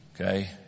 Okay